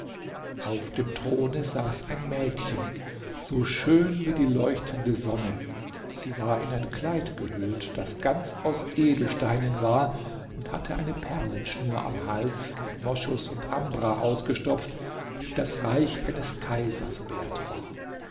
auf dem throne saß ein mädchen so schön wie die leuchtende sonne sie war in ein kleid gehüllt das ganz aus edelsteinen war und hatte eine perlenschur am hals mit moschus und ambra ausgestopft die das reich eines kaisers wert war